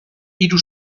hiru